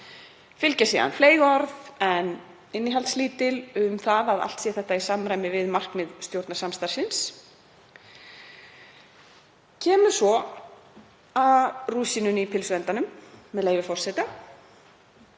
fylgja fleyg orð en innihaldslítil um að allt sé þetta í samræmi við markmið stjórnarsamstarfsins. Kemur svo að rúsínunni í pylsuendanum, með leyfi forseta: